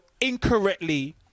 incorrectly